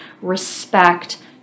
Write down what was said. respect